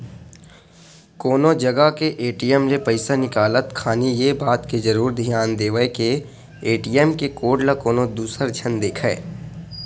कोनो जगा के ए.टी.एम ले पइसा निकालत खानी ये बात के जरुर धियान देवय के ए.टी.एम के कोड ल कोनो दूसर झन देखय